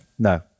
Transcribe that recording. No